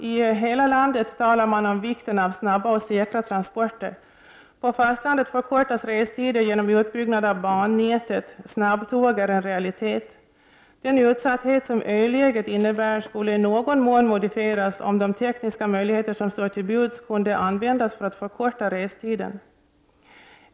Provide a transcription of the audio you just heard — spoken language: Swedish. I hela landet talar man om vikten av snabba och säkra transporter. På fastlandet förkortas restider genom utbyggnad av bannätet — snabbtåg är en realitet. Den utsatthet som ö-läget innebär skulle i någon mån modifieras om de tekniska möjligheter som står till buds kunde användas för att förkorta restiden.